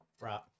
Right